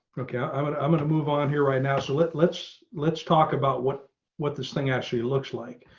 okay, i'm and i'm going to move on here right now. so let's let's let's talk about what what this thing actually looks like.